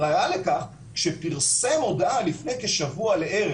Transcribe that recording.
ראייה לכך שפרסם הודעה לפני כשבוע לערך,